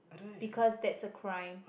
because that's a crime